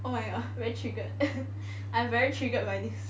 oh my god very triggered I'm very triggered by this